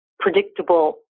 Predictable